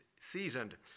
seasoned